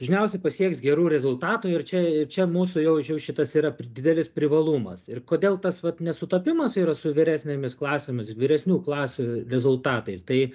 dažniausiai pasieks gerų rezultatų ir čia čia mūsų jau ši šitas yra didelis privalumas ir kodėl tas vat nesutapimas yra su vyresnėmis klasėmis vyresnių klasių rezultatais tai